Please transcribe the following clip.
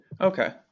Okay